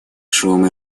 шум